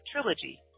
trilogy